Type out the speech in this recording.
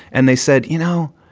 and they said, you know,